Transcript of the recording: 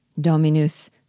Dominus